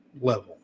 level